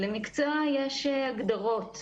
למקצוע יש הגדרות,